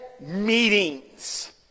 meetings